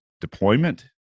deployment